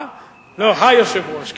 ה-יושב-ראש.